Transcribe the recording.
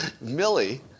Millie